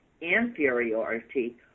inferiority